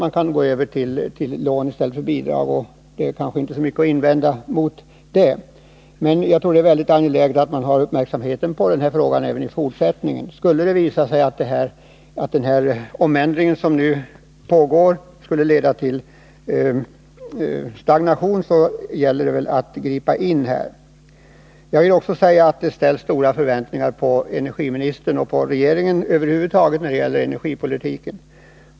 Man kan gå över till lån i stället för bidrag, och det är kanske inte så mycket att invända mot det. Men jag tror att det är väldigt angeläget att man har uppmärksamheten riktad på denna fråga även i fortsättningen. Skulle det visa sig att den omändring som nu pågår leder till stagnation gäller det att gripa in. Jag vill också säga att det ställs stora förväntningar på energiministern och på regeringen över huvud taget när det gäller energipolitiken.